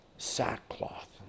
Sackcloth